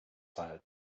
tired